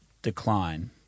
Decline